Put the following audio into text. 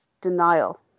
denial